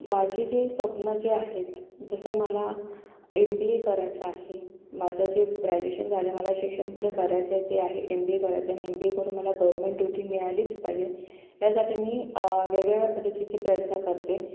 माझी जी स्वप्न जे आहेत जसं मला एमबीए करायचं आहे माझं जे ग्रॅज्युएशन झालंय मला शिक्षण पुढे करायचंय ते आहे एमबीए करायचंय आणि एमबीए करून मला गवरमेंट डूटी मिळालीच पाहिजे यासाठी मी वेगवेगळ्या पद्धतीचे प्रयत्न करते